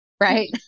Right